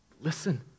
listen